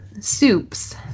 soups